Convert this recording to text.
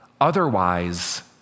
Otherwise